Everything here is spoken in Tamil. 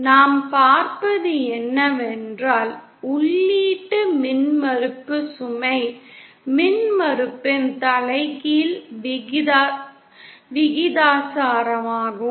நாம் பார்ப்பது என்னவென்றால் உள்ளீட்டு மின்மறுப்பு சுமை மின்மறுப்பின் தலைகீழ் விகிதாசாரமாகும்